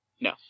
no